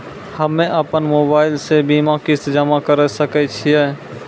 हम्मे अपन मोबाइल से बीमा किस्त जमा करें सकय छियै?